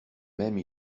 même